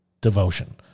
devotion